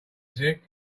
sick